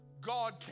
God